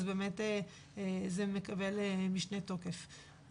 באמת זה מקבל משנה תוקף.